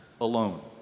alone